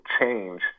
change